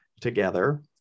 together